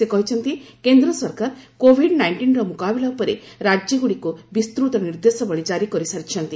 ସେ କହିଛନ୍ତି କେନ୍ଦ୍ର ସରକାର କୋଭିଡ୍ ନାଇଷ୍ଟିନ୍ର ମ୍ରକାବିଲା ଉପରେ ରାଜ୍ୟଗୁଡ଼ିକୁ ବିସ୍ତୃତ ନିର୍ଦ୍ଦେଶାବଳୀ ଜାରି କରିସାରିଛନ୍ତି